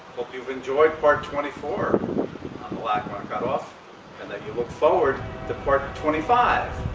hope you've enjoyed part twenty four on the lackawanna cut-off and that you look forward to part twenty five